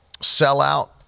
sellout